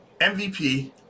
MVP